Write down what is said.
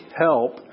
help